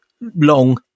long